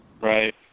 Right